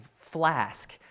flask